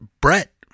Brett